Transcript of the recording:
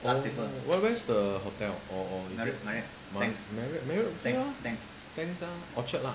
where where's the hotel or or is it Marriott okay ah Tangs ah orchard lah